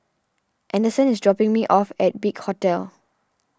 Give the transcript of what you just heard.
anderson is dropping me off at Big Hotel